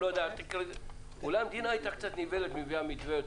אולי המדינה הייתה קצת נבהלת מהמתווה.